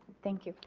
thank you.